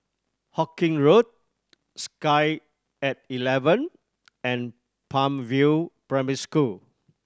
Hawkinge Road Sky At Eleven and Palm View Primary School